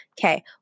Okay